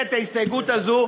את ההסתייגות הזאת,